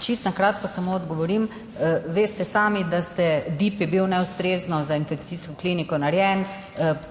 čisto na kratko samo odgovorim. Veste sami, da DIP bil neustrezno za infekcijsko kliniko narejen,